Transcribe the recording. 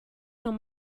non